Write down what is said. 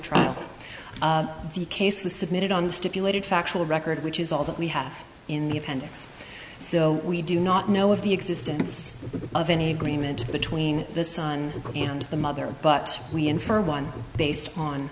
trial the case was submitted on the stipulated factual record which is all that we have in the appendix so we do not know of the existence of any agreement between the son and the mother but we infer one based on